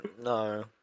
no